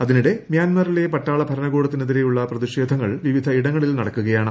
അതിനിടെ മൃാൻമാറിലെ പട്ടാള ഭരണകൂടത്തിനെതിരെയുള്ള പ്രതിഷേധങ്ങൾ വിവിധ ഇടങ്ങളിൽ നടക്കുകയാണ്